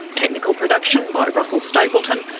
technical production by russell stapleton,